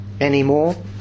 anymore